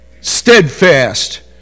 steadfast